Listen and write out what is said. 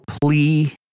plea